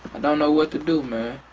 don't know what to do, man.